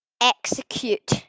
execute